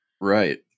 Right